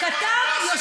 כתבת סיפור.